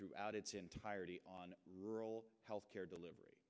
throughout its entirety on rural health care delivery